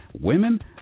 women